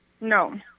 No